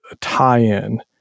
tie-in